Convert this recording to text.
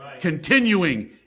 Continuing